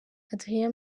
adrien